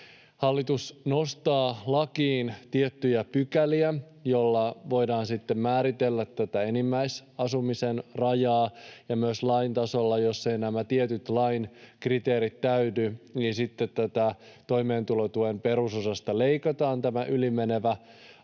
Hallitus nostaa lakiin tiettyjä pykäliä, joilla voidaan sitten määritellä tätä enimmäisasumisen rajaa myös lain tasolla. Jos eivät nämä tietyt lain kriteerit täyty, sitten tästä toimeentulotuen perusosasta leikataan tämä ylimenevä osuus.